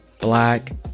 black